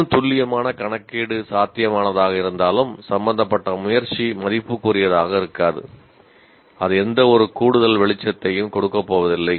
இன்னும் துல்லியமான கணக்கீடு சாத்தியமானதாக இருந்தாலும் சம்பந்தப்பட்ட முயற்சி மதிப்புக்குரியதாக இருக்காது அது எந்தவொரு கூடுதல் வெளிச்சத்தையும் கொடுக்கப்போவதில்லை